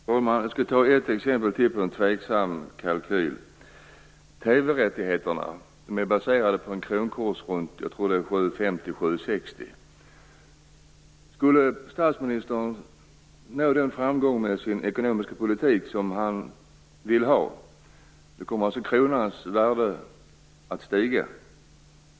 Fru talman! Jag skulle vilja ta upp ett exempel till på en tveksam kalkyl. TV-rättigheterna är baserade på en kronkurs på runt 7:50 eller 7:60, tror jag att det är. Skulle statsministern nå den framgång med sin ekonomiska politik som han vill ha, kommer kronans värde att stiga.